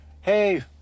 Hey